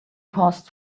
paused